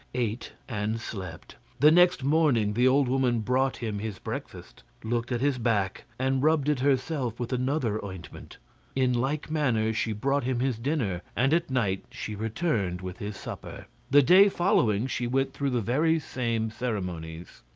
ate and slept. the next morning the old woman brought him his breakfast, looked at his back, and rubbed it herself with another ointment in like manner she brought him his dinner and at night she returned with his supper. the day following she went through the very same ceremonies.